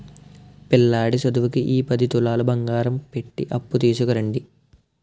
పిల్లాడి సదువుకి ఈ పది తులాలు బంగారం పెట్టి అప్పు తీసుకురండి